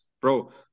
bro